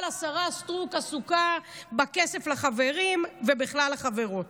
אבל השרה סטרוק עסוקה בכסף לחברים ובכלל לחברות: